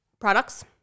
products